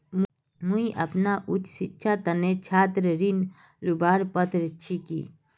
मुई अपना उच्च शिक्षार तने छात्र ऋण लुबार पत्र छि कि?